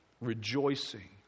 rejoicing